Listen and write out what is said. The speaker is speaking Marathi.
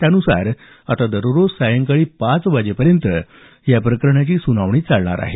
त्यान्सार आता दररोज सायंकाळी पाच वाजेपर्यंत या प्रकरणाची सुनावणी चालणार आहे